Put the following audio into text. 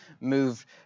moved